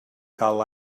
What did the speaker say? cal